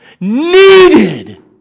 Needed